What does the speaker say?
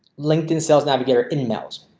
linkedin sales navigator in emails.